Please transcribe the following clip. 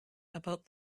about